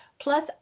plus